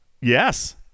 Yes